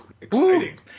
Exciting